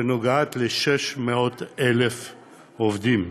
שנוגעת ל-600,000 עובדים,